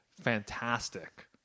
fantastic